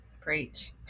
Preach